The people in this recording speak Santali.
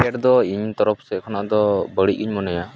ᱡᱮᱠᱮᱴ ᱫᱚ ᱤᱧ ᱛᱚᱨᱚᱯ ᱥᱮᱫ ᱠᱷᱚᱱᱟᱜ ᱫᱚ ᱵᱟᱹᱲᱤᱡ ᱤᱧ ᱢᱚᱱᱮᱭᱟ